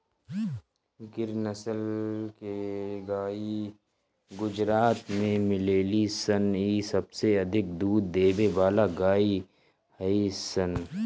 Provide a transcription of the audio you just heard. गिर नसल के गाई गुजरात में मिलेली सन इ सबसे अधिक दूध देवे वाला गाई हई सन